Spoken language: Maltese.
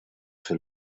fil